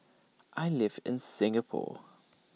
I live in Singapore